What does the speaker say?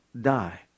die